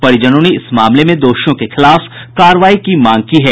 परिजनों ने इस मामले में दोषियों के खिलाफ कार्रवाई की मांग की है